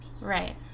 right